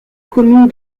commune